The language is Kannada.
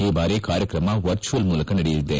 ಈ ಬಾರಿ ಕಾರ್ಯಕ್ರಮ ವರ್ಚುವಲ್ ಮೂಲಕ ನಡೆಯಲಿದೆ